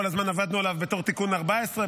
כל הזמן עבדנו עליו בתור תיקון 14,